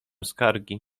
skargi